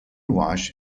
wash